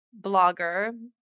blogger